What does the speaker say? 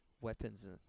weapons